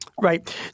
right